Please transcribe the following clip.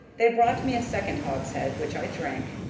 they brought me a second hogshead, which i drank,